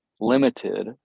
limited